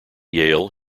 yale